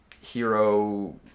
hero